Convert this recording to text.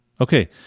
Okay